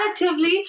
relatively